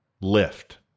lift